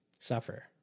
suffer